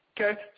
Okay